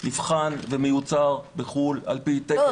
הפיגום נבחן ומיוצר בחו"ל על פי תקן איחוד אירופאי --- לא,